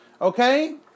okay